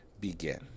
begin